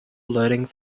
loading